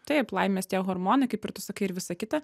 taip laimės tie hormonai kaip ir tu sakai ir visa kita